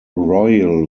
royal